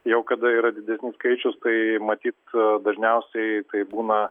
jau kada yra didesnis skaičius tai matyt dažniausiai tai būna